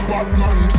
Batman